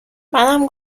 منم